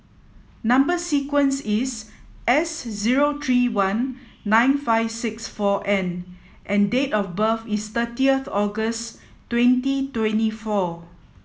number sequence is S zero three one nine five six four N and date of birth is thirtieth August twenty twenty four